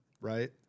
right